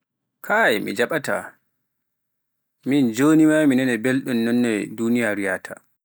Kaay, mi jaɓataa, miin jooni maa e mi nanay belɗum non no duuniyaaru yahta.